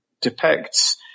depicts